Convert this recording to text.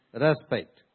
Respect